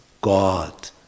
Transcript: God